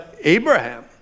Abraham